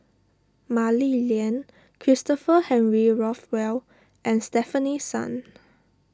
Mah Li Lian Christopher Henry Rothwell and Stefanie Sun